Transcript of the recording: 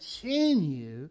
continue